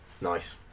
Nice